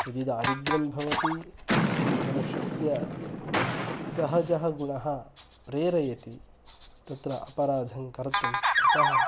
यदि दारिद्र्यं भवति मनुष्यस्य सहजः गुणः प्रेरयति तत्र अपराधं कर्तुं अतः